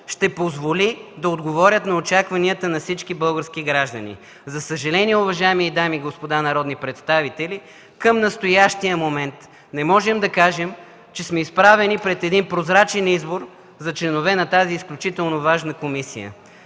ще позволят да отговарят на очакванията на всички български граждани. За съжаление, уважаеми дами и господа народни представители, към настоящия момент не можем да кажем, че сме изправени пред прозрачен избор за членове на тази изключително важна комисия.